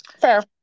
Fair